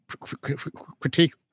critique